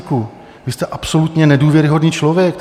Vy jste absolutně nedůvěryhodný člověk.